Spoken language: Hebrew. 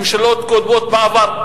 ממשלות קודמות בעבר,